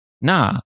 nah